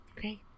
great